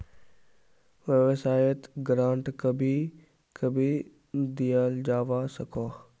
वाय्सायेत ग्रांट कभी कभी दियाल जवा सकोह